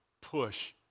push